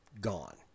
gone